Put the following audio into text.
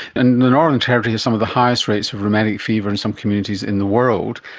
and the northern territory has some of the highest rates of rheumatic fever in some communities in the world,